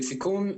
לסיכום,